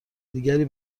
دیگری